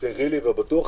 סטרילי ובטוח.